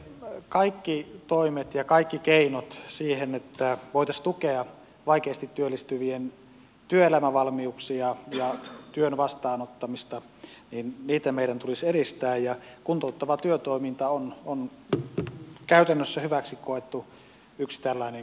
kaikkia toimia ja kaikkia keinoja siihen että voitaisiin tukea vaikeasti työllistyvien työelämävalmiuksia ja työn vastaanottamista meidän tulisi edistää ja kuntouttava työtoiminta on yksi käytännössä hyväksi koettu tällainen keino